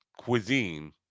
cuisine